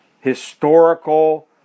historical